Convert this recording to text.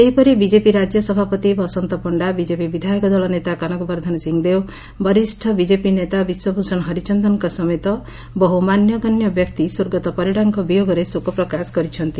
ସେହିପରି ବିଜେପି ରାଜ୍ୟ ସଭାପତି ବସନ୍ତ ପଣ୍ଢା ବିଜେପି ବିଧାୟକ ଦଳ ନେତା କନକ ବର୍ଦ୍ଧନ ସିଂହଦେଓ ବରିଷ୍ଡ ବିଜେପି ନେତା ବିଶ୍ୱଭ୍ଷଣ ହରିଚନ୍ଦନଙ୍କ ସମେତ ବହୁ ମାନ୍ୟଗଣ୍ୟ ବ୍ୟକ୍ତି ସ୍ୱର୍ଗତ ପରିଡ଼ାଙ୍କ ବିୟୋଗରେ ଶୋକପ୍ରକାଶ କରିଛନ୍ତି